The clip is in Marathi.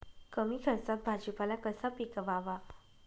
कमी खर्चात भाजीपाला कसा पिकवावा?